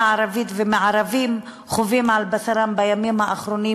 הערבית ומהערבים חווים על בשרם בימים האחרונים,